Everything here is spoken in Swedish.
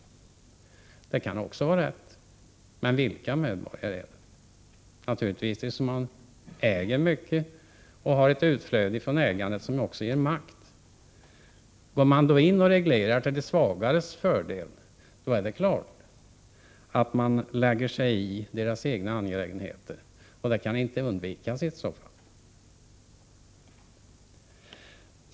Det kan också vara rätt, men vilka medborgare avser hon? Jo, naturligtvis de som äger makt och har ett utflöde från ägandet som också ger makt. Reglerar man till de svagares fördel, är det klart att man lägger sig i deras egna angelägenheter. Det kan inte undvikas i så fall.